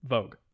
Vogue